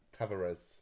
Tavares